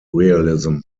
realism